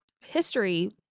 history